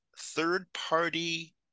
third-party